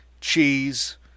cheese